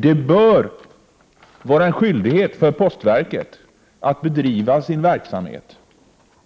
Det bör vara en skyldighet för postverket att bedriva sin verksamhet